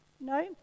No